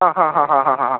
ആ ഹാ ഹാ ഹാ ആ